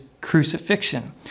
crucifixion